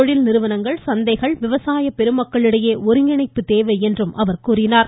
தொழில் நிறுவனங்கள் சந்தைகள் விவசாய பெருமக்களிடையே ஒருங்கிணைப்புத் தேவை என்றார்